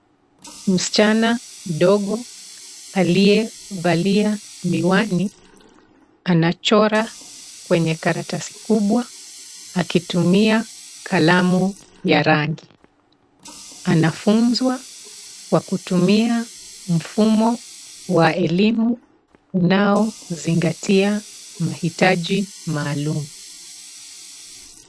Msichana mdogo aliyevalia miwani, anachora kwenye karatasi kubwa akitumia kalamu ya rangi. Anafunzwa kwa kutumia mfumo wa elimu unaozingatia mahitaji maalum.